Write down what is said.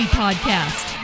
podcast